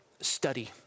study